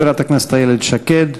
חברת הכנסת איילת שקד,